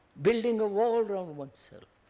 building a wall around oneself.